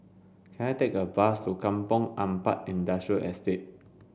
can I take a bus to Kampong Ampat Industrial Estate